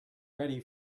ready